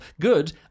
Good